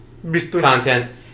content